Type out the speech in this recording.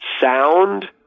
sound